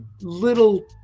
little